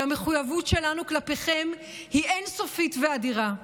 והמחויבות שלנו כלפיכם היא אין-סופית ואדירה.